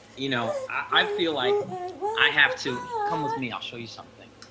you know i feel like i have to. come with me, i'll show you something.